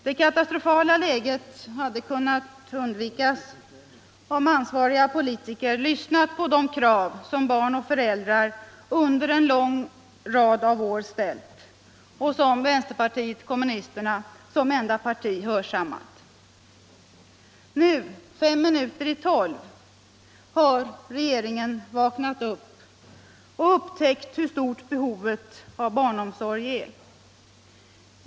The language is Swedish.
Det katastrofala läget hade kunnat undvikas, om ansvariga politiker lyssnat på de krav som barn och föräldrar under en lång rad av år ställt och som vpk som enda parti hörsammat. Nu fem minuter i tolv har regeringen vaknat upp och upptäckt hur stort behovet av barnomsorg är.